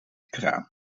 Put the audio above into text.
kraan